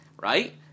Right